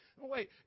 Wait